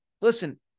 Listen